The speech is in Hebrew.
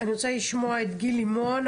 אני רוצה לשמוע את גיל לימון,